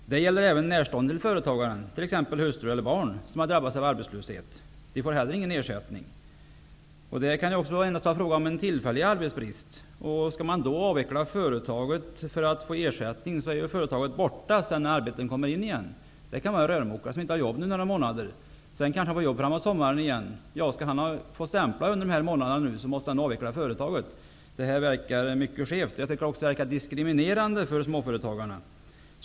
Det här gäller även närstående till företagaren, t.ex. hustru eller barn som har drabbats av arbetslöshet. De får inte heller någon ersättning. Det kan ibland bara vara fråga om en tillfällig arbetsbrist. Om man då skall avveckla företaget för att få ersättning, så finns ju inte företaget sedan när arbete kommer in igen. Det kan t.ex. gälla en rörmokare som nu inte har jobb under några månader. Han kanske får jobb framåt sommaren igen. Om han skall få stämpla under de månader som han inte har jobb, måste han avveckla företaget. Det här verkar mycket skevt. Jag tycker också att det verkar diskriminerande gentemot småföretagarna.